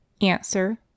Answer